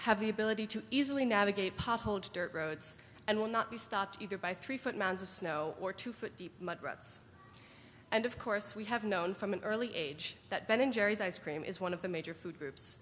have the ability to easily navigate potholed dirt roads and will not be stopped either by three foot mounds of snow or two foot deep mud ruts and of course we have known from an early age that ben and jerry's ice cream is one of the major food groups